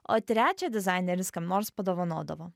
o trečią dizaineris kam nors padovanodavo